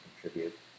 contribute